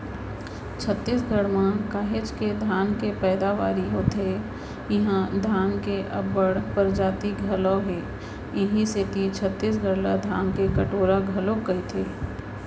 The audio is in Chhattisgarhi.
छत्तीसगढ़ म काहेच के धान के पैदावारी होथे इहां धान के अब्बड़ परजाति घलौ हे इहीं सेती छत्तीसगढ़ ला धान के कटोरा घलोक कइथें